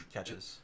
Catches